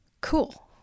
Cool